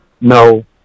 no